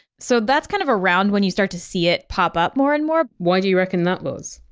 so that's kind of around when you start to see it pop up more and more. why do you reckon that was?